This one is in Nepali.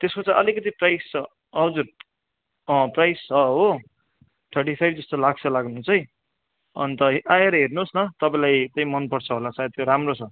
त्यसको चाहिँ अलिकति प्राइस छ हजुर अँ प्राइस छ हो थर्टी फाइभ जस्तो लाग्छ लाग्नु चाहिँ अन्त आएर हेर्नुहोस् न तपाईँलाई तै मन पर्छ होला सायद त्यो राम्रो छ